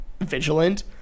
vigilant